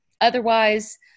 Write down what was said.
Otherwise